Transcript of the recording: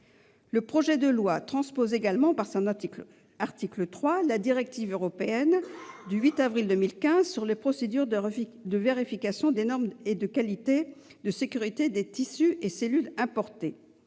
tend également à transposer, au travers de son article 3, la directive européenne du 8 avril 2015 sur les procédures de vérification des normes de qualité et de sécurité des tissus et cellules importés.